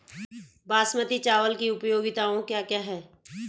बासमती चावल की उपयोगिताओं क्या क्या हैं?